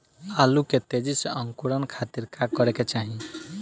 आलू के तेजी से अंकूरण खातीर का करे के चाही?